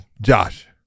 Josh